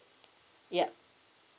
yup